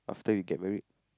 after you get married